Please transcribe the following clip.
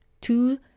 two